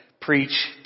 preach